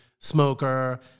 Smoker